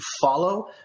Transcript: follow